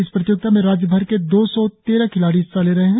इस प्रतियोगिता में राज्यभर के दो सौ तेरह खिलाड़ी हिस्सा ले रहे है